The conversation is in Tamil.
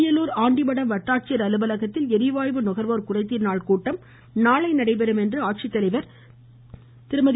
அரியலூர் ஆண்டிமடம் வட்டாட்சியர் அலுவலகத்தில் ளிவாயு நுகர்வோர் குறைகீர்நாள் கட்டம் நாளை நடைபெறும் என்று ஆட்சித்தலைவர் திருமதி